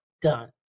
done